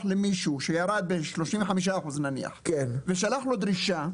למישהו שירד ב-35% נניח ושלח לו דרישה,